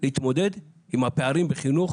להתמודד עם הפערים בחינוך,